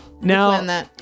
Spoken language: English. Now